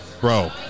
Bro